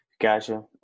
gotcha